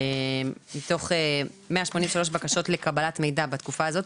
מתוך 183 בקשות לקבלת מידע בתקופה הזאת,